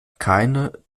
keine